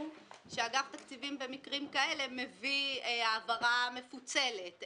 שאגף התקציבים במקרים כאלה מביא העברה מפוצלת.